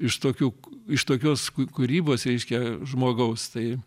iš tokių iš tokios kūrybos reiškia žmogaus tai